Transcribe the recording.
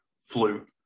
flu